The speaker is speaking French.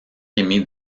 rémy